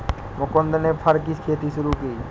मुकुन्द ने फर की खेती शुरू की